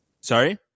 Sorry